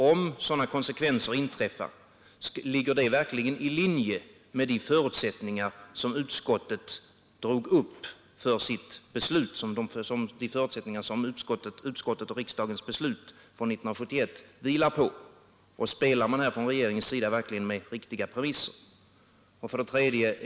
Om sådana konsekvenser inträffar, ligger de verkligen i linje med de förutsättningar som riksdagens beslut 1971 vilar på? Spelar regeringen här verkligen med riktiga premisser? 3.